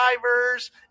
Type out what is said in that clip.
drivers